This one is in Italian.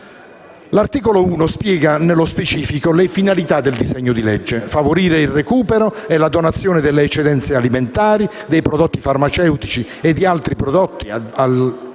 L'articolo 1 spiega nello specifico le finalità del disegno di legge: favorire il recupero e la donazione delle eccedenze alimentari, dei prodotti farmaceutici e di altri prodotti (ad esempio